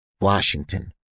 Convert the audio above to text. Washington